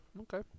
Okay